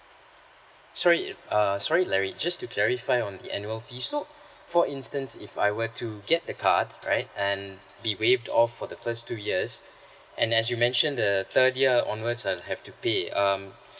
sorry err sorry larry just to clarify on the annual fee so for instance if I were to get the card right and be waived off for the first two years and as you mentioned the third year onwards I have to pay um